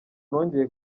nongeye